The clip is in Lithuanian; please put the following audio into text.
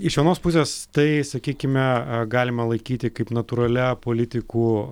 iš vienos pusės tai sakykime galima laikyti kaip natūralia politikų